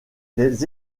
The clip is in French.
des